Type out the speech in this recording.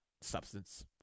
substance